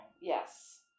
Yes